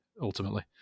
ultimately